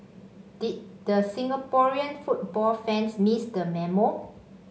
did the Singaporean football fans miss the memo